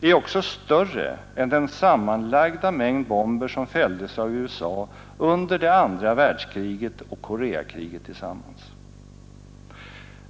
är också större än den sammanlagda mängd bomber som fälldes av USA under det andra världskriget och Koreakriget tillsammantagna.